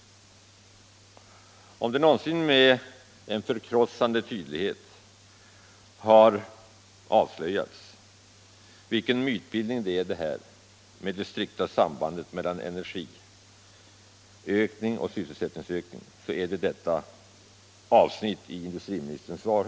Om det någonsin med förkrossande tydlighet har avslöjats vilken mytbildning talet om det strikta sambandet mellan energiökning och sysselsättningsökning utgör så är det i detta avsnitt av industriministerns svar.